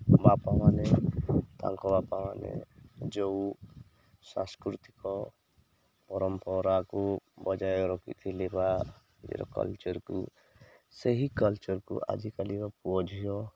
ବାପାମାନେ ତାଙ୍କ ବାପାମାନେ ଯେଉଁ ସାଂସ୍କୃତିକ ପରମ୍ପରାକୁ ବଜାୟ ରଖିଥିଲେ ବା ନିଜର କଲଚର୍କୁ ସେହି କଲଚର୍କୁ ଆଜିକାଲିର ପୁଅ ଝିଅ